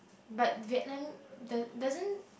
but Vietnam does doesn't